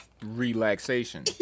Relaxation